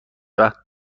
وقت